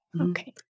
Okay